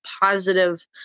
positive